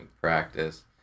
practice